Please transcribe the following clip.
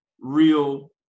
real